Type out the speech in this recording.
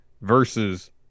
versus